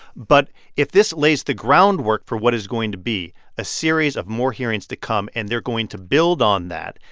but if this lays the groundwork for what is going to be a series of more hearings to come and they're going to build on that,